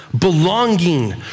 belonging